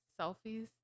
selfies